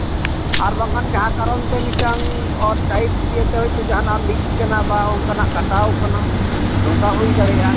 ᱟᱨ ᱵᱟᱝᱠᱷᱟᱱ ᱡᱟᱦᱟᱸ ᱠᱟᱨᱚᱱᱛᱮ ᱢᱤᱫᱴᱟᱝ ᱚᱨ ᱴᱟᱭᱤᱯ ᱤᱭᱟᱹᱛᱮ ᱦᱚᱭᱛᱚ ᱡᱟᱦᱟᱱᱟᱜ ᱞᱤᱠᱮᱱᱟ ᱵᱟ ᱚᱝᱠᱟᱱᱟᱜ ᱠᱟᱴᱟᱣ ᱠᱟᱱᱟ ᱚᱝᱠᱟ ᱦᱚᱸ ᱦᱩᱭ ᱫᱟᱲᱮᱭᱟᱜᱼᱟ